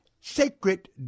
sacred